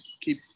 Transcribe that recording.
keep